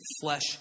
flesh